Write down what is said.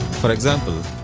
for example,